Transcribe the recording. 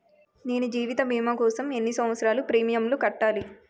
నేను జీవిత భీమా కోసం ఎన్ని సంవత్సారాలు ప్రీమియంలు కట్టాలి?